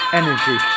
energy